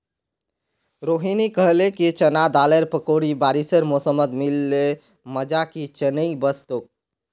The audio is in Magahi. रोहिनी कहले कि चना दालेर पकौड़ी बारिशेर मौसमत मिल ल मजा कि चनई वस तोक